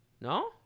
No